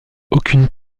aucune